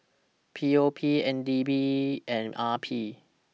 P O P N D B and R P